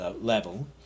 level